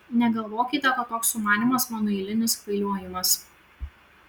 negalvokite kad toks sumanymas mano eilinis kvailiojimas